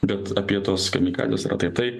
bet apie tos kamikadzės yra tai tai